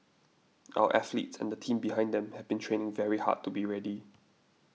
our athletes and the team behind them have been training very hard to be ready